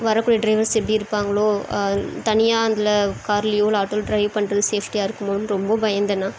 வரக்கூடிய டிரைவர்ஸ் எப்படி இருப்பாங்களோ தனியாக அதில் கார்லையோ இல்லை ஆட்டோவில ட்ரைவ் பண்ணுறது சேஃப்டியாக இருக்குமோன்னு ரொம்ப பயந்தேண்ணா